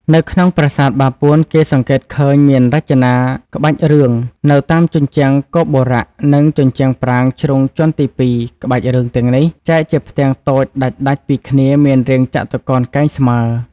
នៅក្នុងប្រាសាទបាពួនគេសង្កេតឃើញមានរចនាក្បាច់រឿង នៅតាមជញ្ជាំងគោបុរៈនិងជញ្ជាំងប្រាង្គជ្រុងជាន់ទី២ក្បាច់រឿងទាំងនេះ ចែកជាផ្ទាំងតូចដាច់ៗពីគ្នាមានរាងចតុកោណកែងស្មើរ។